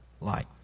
light